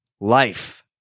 life